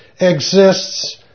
exists